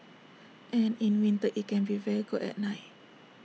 and in winter IT can be very cold at night